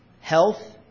Health